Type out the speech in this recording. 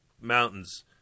mountains